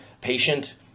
patient